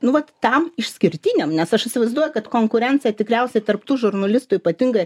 nu vat tam išskirtiniam nes aš įsivaizduoju kad konkurencija tikriausiai tarp tų žurnalistų ypatingai